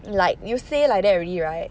like you say like that already right